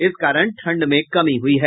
इस कारण ठंड में कमी हुई है